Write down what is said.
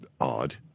odd